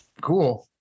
Cool